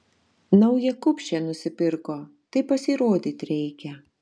naują kupšę nusipirko tai pasirodyt reikia